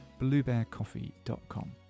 bluebearcoffee.com